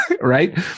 right